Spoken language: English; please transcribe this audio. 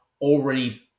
already